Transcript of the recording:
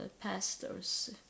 pastors